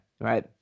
right